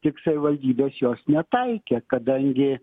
tik savivaldybės jos netaikė kadangi